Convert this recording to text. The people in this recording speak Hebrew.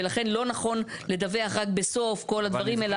ולכן לא נכון לדווח רק בסוף כל הדברים.